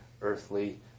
earthly